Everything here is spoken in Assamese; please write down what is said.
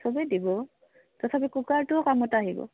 চবেই দিব তথাপি কুকাৰটোও কামত আহিব